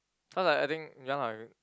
cause like I think ya lah